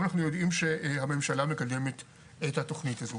אבל אנחנו יודעים שהממשלה מקדמת את התכנית הזו.